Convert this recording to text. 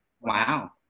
Wow